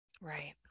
Right